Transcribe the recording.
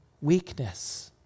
weakness